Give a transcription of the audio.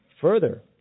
further